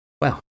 Wow